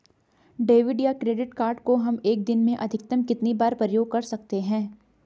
Debit या credit card को हम एक दिन में अधिकतम कितनी बार प्रयोग कर सकते हैं?